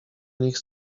nich